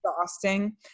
exhausting